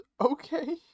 okay